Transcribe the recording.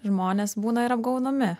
žmonės būna ir apgaunami